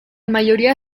mayoría